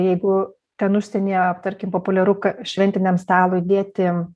jeigu ten užsienyje tarkim populiaru šventiniam stalui dėti